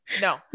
no